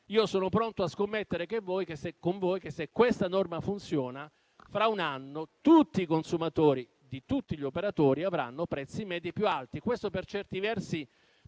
Io sono pronto a scommettere con voi che, se questa norma funziona, fra un anno tutti i consumatori di tutti gli operatori avranno prezzi medi più alti.